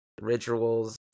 rituals